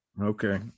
Okay